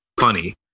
funny